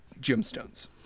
gemstones